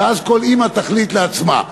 ואז כל אימא תחליט לעצמה.